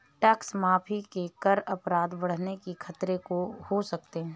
tax माफी से कर अपराध बढ़ने के खतरे भी हो सकते हैं